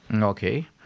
Okay